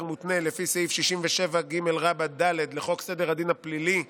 מותנה לפי סעיף 67ג(ד) לחוק סדר הדין הפלילי ,